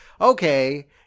Okay